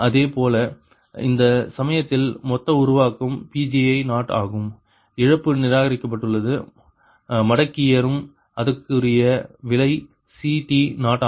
இதேபோல அந்த சமயத்தில் மொத்த உருவாக்கம் Pgi0 ஆகும் இழப்பு நிராகரிக்கப் பட்டுள்ளது மடக்கிரும் அதற்குரிய விலை CT0 ஆகும்